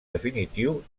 definitiu